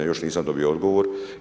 Još nisam dobio odgovor.